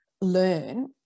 learn